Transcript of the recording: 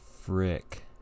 frick